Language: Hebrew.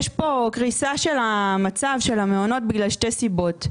יש פה קריסה של המצב של המעונות בגלל שתי סיבות.